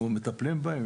אנחנו מטפלים בהם,